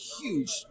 Huge